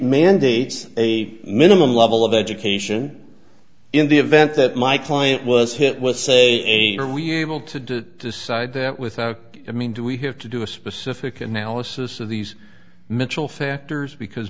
mandates a minimum level of education in the event that my client was hit with say eight are we able to decide that without i mean do we have to do a specific analysis of these mitchell factors because